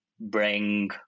bring